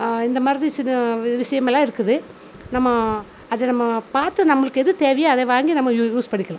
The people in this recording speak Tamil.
இந்தமாதிரி சின்ன விஷயமெல்லாம் இருக்குது நம்ம அது நம்ம பார்த்து நம்முளுக்கு எது தேவையோ அதை வாங்கி நம்ம யூஸ் பண்ணிக்கிலாம்